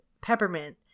peppermint